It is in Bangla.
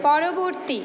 পরবর্তী